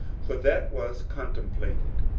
for that was contemplated.